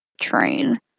train